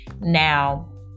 now